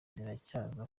ziracyaza